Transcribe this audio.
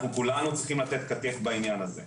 אנחנו כולנו צריכים לתת כתף בעניין הזה,